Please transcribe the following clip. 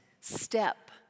step